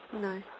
No